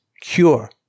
cure